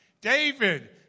David